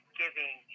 giving